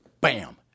bam